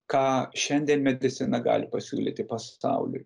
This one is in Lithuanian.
ką šiandien medicina gali pasiūlyti pasauliui